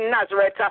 Nazareth